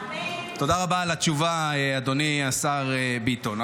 תודה רבה על התשובה, אדוני השר ביטון.